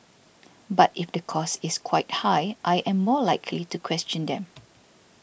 but if the cost is quite high I am more likely to question them